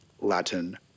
Latin